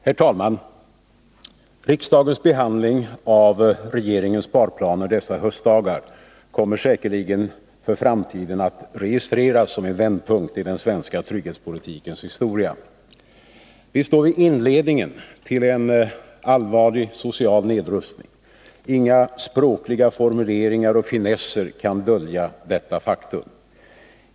Herr talman! Riksdagens behandling av regeringens sparplaner dessa höstdagar kommer säkerligen för framtiden att registreras som en vändpunkt i den svenska trygghetspolitikens historia. Vi står vid inledningen till en allvarlig social nedrustning. Inga språkliga formuleringar och finesser kan dölja detta faktum.